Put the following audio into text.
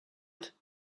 and